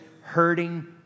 hurting